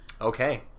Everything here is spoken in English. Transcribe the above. Okay